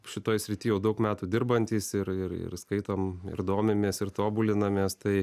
šitoj srity jau daug metų dirbantys ir ir ir skaitom ir domimės ir tobulinamės tai